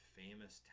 famous